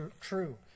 true